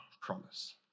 promise